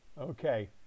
okay